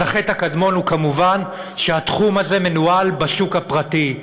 אז החטא הקדמון הוא כמובן שהתחום הזה מנוהל בשוק הפרטי,